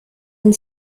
and